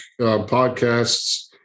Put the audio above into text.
podcasts